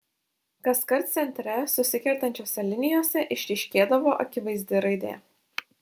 kaskart centre susikertančiose linijose išryškėdavo akivaizdi raidė